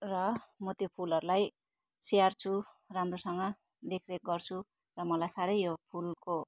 र म त्यो फुलहरूलाई स्याहार्छु राम्रोसँग देखरेख गर्छु र मलाई साह्रै यो फुलको